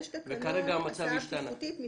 יש תקנה בטיחותית.